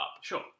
Sure